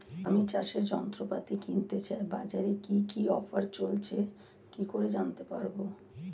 আমি চাষের যন্ত্রপাতি কিনতে চাই বাজারে কি কি অফার চলছে কি করে জানতে পারবো?